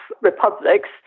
republics